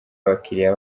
abakiriya